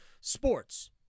sports